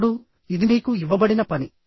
ఇప్పుడు ఇది మీకు ఇవ్వబడిన పని